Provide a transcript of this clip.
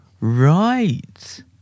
Right